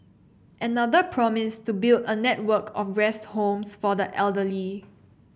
another promised to build a network of rest homes for the elderly